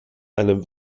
einem